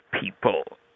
people